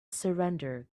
surrender